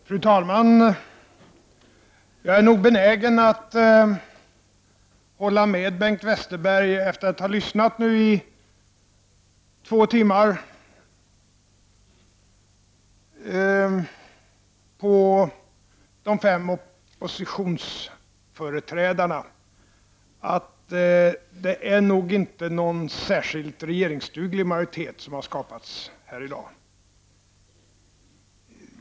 Fru talman! Efter att nu ha lyssnat i två timmar på de fem oppositionsföreträdarna är jag benägen att hålla med Bengt Westerberg om att det nog inte är någon särskilt regeringsduglig majoritet som skapas här i dag.